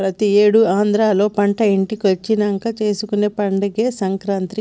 ప్రతి ఏడు ఆంధ్రాలో పంట ఇంటికొచ్చినంక చేసుకునే పండగే సంక్రాంతి